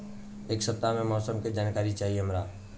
एक सपताह के मौसम के जनाकरी चाही हमरा